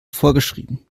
vorgeschrieben